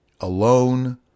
alone